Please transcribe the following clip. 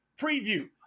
preview